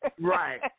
Right